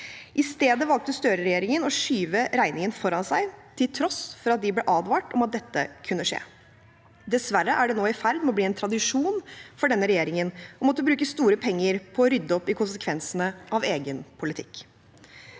og næringsliv. Støre-regjeringen valgte å skyve regningen foran seg, til tross for at de ble advart om at dette kunne skje. Dessverre er det nå i ferd med å bli en tradisjon for denne regjeringen å måtte bruke store penger på å rydde opp i konsekvensene av egen politikk.